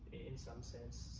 in some sense.